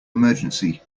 emergency